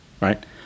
right